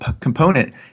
component